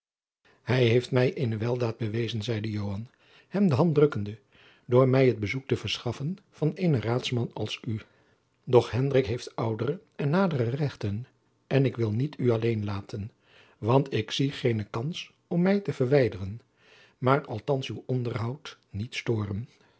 hij heeft mij eene weldaad bewezen zeide joan hem de hand drukkende door mij het bezoek te verschaffen van eenen raadsman als u doch hendrik heeft oudere en nadere rechten en ik wil niet u alleen laten want ik zie geene kans jacob van lennep de pleegzoon om mij te verwijderen maar althands uw onderhoud niet stooren